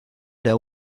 era